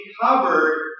covered